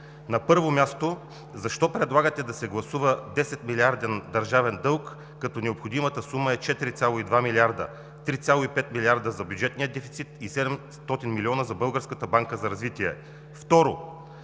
На първо място, защо предлагате да се гласува 10-милиарден държавен дълг, като необходимата сума е 4,2 милиарда – 3,5 милиарда за бюджетния дефицит и 700 милиона за Българската